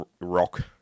rock